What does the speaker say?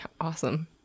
Awesome